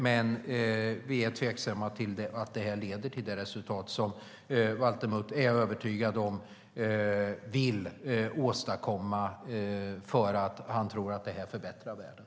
Men vi är tveksamma till att detta leder till det resultat som Valter Mutt är övertygad om och vill åstadkomma för att han tror att detta förbättrar världen.